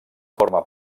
forma